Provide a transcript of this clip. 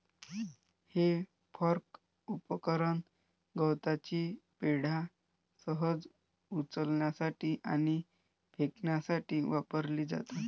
हे फोर्क उपकरण गवताची पेंढा सहज उचलण्यासाठी आणि फेकण्यासाठी वापरली जातात